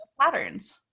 patterns